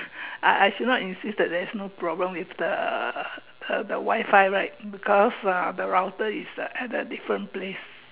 I I still not insist there is no problem with the the the Wi-Fi right because uh the router is uh at the different place